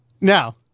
Now